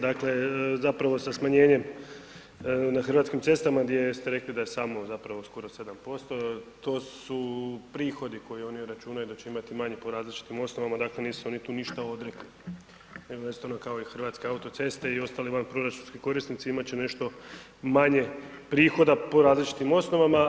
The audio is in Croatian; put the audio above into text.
Dakle, zapravo sa smanjenjem na Hrvatskim cestama gdje ste rekli da je samo zapravo skoro 7% to su prihodi koji oni računaju da će imati manje po različitim osnovama, dakle nisu tu oni ništa odrekli …/nerazumljivo/… kao i Hrvatske autoceste i ostali vanproračunski korisnici imat će nešto manje prihoda po različitim osnovama.